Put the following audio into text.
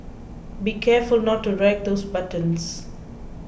be careful not to wreck those buttons